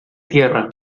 tierra